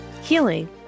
healing